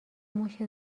موش